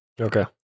Okay